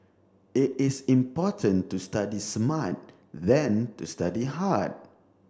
it is important to study smart than to study hard